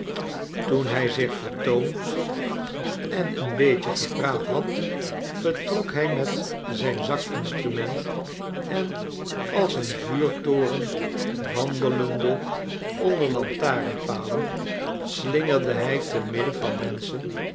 toen hij zich vertoond en een beetje gepraat had vertrok hij met zyn zakinstrument en als een vuurtoren wandelende onder lantaren palen slingerde hij te midden van menschen